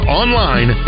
online